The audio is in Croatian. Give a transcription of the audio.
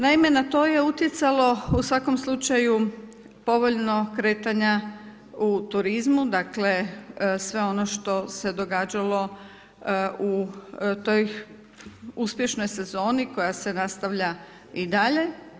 Naime, na to je utjecalo, u svakom slučaju, povoljno kretanje u turizmu, dakle, sve on što se događalo u toj uspješnoj sezoni koja se nastavlja i dalje.